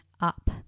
up